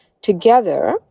together